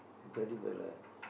தடி பயல:thadi payala